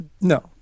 no